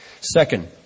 Second